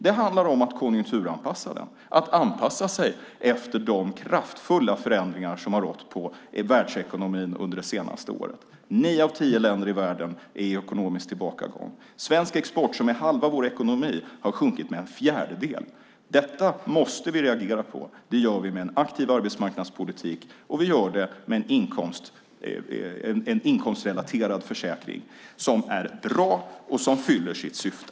Det handlar om att konjunkturanpassa den, att anpassa sig efter de kraftfulla förändringarna i världsekonomin under det senaste året. Nio av tio länder i världen är i ekonomisk tillbakagång. Svensk export, som utgör halva vår ekonomi, har minskat med en fjärdedel. Detta måste vi reagera på. Det gör vi med en aktiv arbetsmarknadspolitik och med en inkomstrelaterad försäkring som är bra och som fyller sitt syfte.